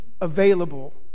available